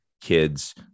kids